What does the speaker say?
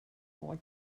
more